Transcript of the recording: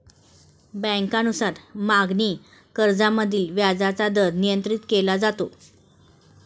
बँकांनुसार मागणी कर्जामधील व्याजाचा दर नियंत्रित केला जातो